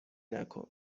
نکن